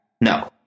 No